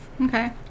okay